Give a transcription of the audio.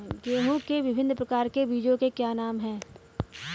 गेहूँ के विभिन्न प्रकार के बीजों के क्या नाम हैं?